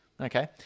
Okay